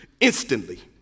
instantly